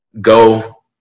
go